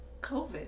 COVID